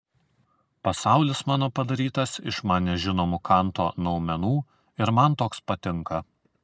pasaulis mano padarytas iš man nežinomų kanto noumenų ir man toks patinka